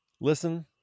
listen